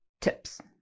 tips